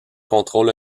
contrôle